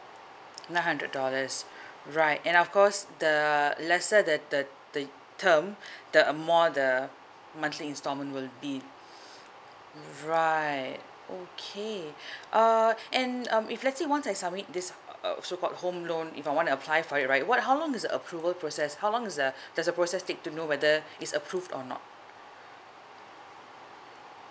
nine hundred dollars right and of course the lesser the the the term the uh more the monthly instalment will be right okay uh and um if let's say once I submit this uh so called home loan if I wanna apply for it right what how long is the approval process how long is the does the process take to know whether it's approved or not